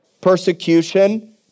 persecution